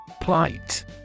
Plight